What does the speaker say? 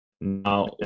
Now